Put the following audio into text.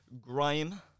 grime